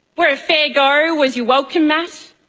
where a fair go was your welcome mat,